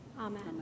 Amen